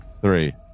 three